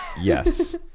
Yes